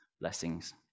blessings